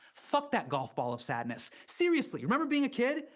fuck that golf ball of sadness. seriously. remember being a kid?